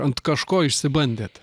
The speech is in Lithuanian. ant kažko išsibandėt